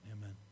amen